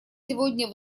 сегодня